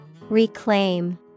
Reclaim